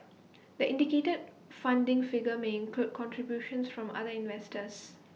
the indicated funding figure may include contributions from other investors